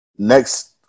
next